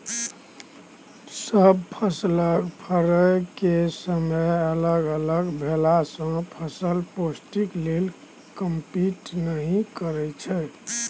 सब फसलक फरय केर समय अलग अलग भेलासँ फसल पौष्टिक लेल कंपीट नहि करय छै